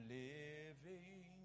living